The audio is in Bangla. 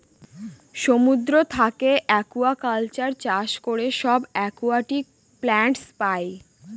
সমুদ্র থাকে একুয়াকালচার চাষ করে সব একুয়াটিক প্লান্টস পাই